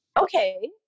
okay